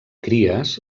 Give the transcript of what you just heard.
cries